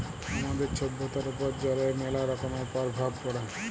আমাদের ছভ্যতার উপর জলের ম্যালা রকমের পরভাব পড়ে